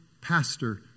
pastor